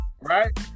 Right